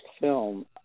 film